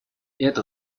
это